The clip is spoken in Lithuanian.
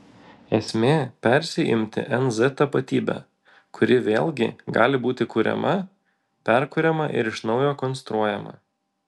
esmė persiimti nz tapatybe kuri vėlgi gali būti kuriama perkuriama ir iš naujo konstruojama